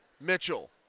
Mitchell